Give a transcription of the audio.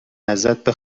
ازت